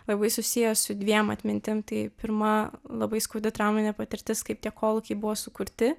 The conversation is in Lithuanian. labai susiję su dviem atmintim tai pirma labai skaudi trauminė patirtis kaip tie kolūkiai buvo sukurti